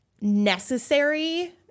necessary